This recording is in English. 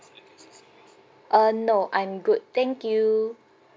uh no I'm good thank you